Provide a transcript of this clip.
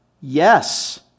Yes